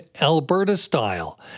Alberta-style